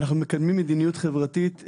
אנחנו מקדמים מדיניות חברתית.